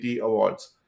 awards